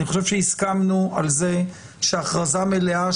אני חושב שהסכמנו על זה שהכרזה מלאה,